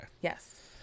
Yes